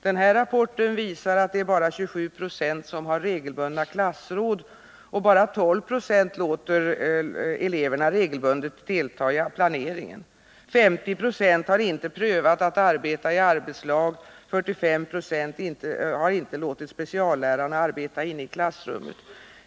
Den här rapporten visar att bara 27 96 av lärarna har klassråd regelbundet, och bara 12 96 låter eleverna delta i planeringen regelbundet. 50 96 har inte prövat att arbeta i arbetslag, och 45 96 har inte låtit speciallärarna arbeta inne i klassrummet.